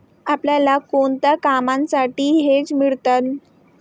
आपल्याला कोणत्या कामांसाठी हेज मिळतं?